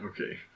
Okay